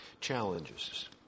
challenges